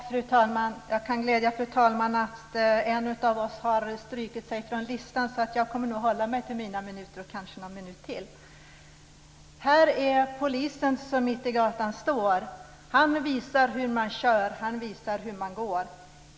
Fru talman! Jag kan glädja fru talman med att en av oss har strukit sig från listan, så jag kommer nog att hålla mig till mina minuter - och kanske någon minut till. Här är polisen som mitt i gatan står, Han visar hur man kör, han visar hur man går.